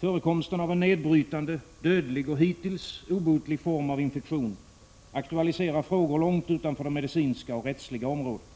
Förekomsten av en nedbrytande, dödlig och hittills obotlig form av infektion aktualiserar frågor långt utanför de medicinska och rättsliga områdena.